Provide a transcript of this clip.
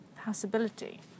possibility